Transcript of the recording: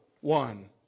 one